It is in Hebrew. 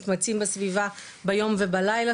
מתמצאים בסביבה ביום ובלילה,